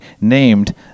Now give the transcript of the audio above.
named